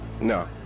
No